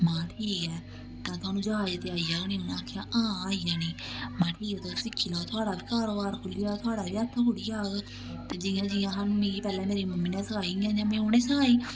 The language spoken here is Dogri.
मां ठीक ऐ तेा थुआनू जाच ते आई जाग नी उ'नें आखेआ हां आई जानी महां ठीक ऐ तुस सिक्खी लैओ थुआढ़ा बी कारोबार खुल्ली जा थुआढ़ा बी हत्था खुल्ली जाह्ग ते जि'यां जि'यां सानूं मिगी पैह्लें मेरी मम्मी ने सखाई इ'यां इ'यां में उ'नेंगी सखाई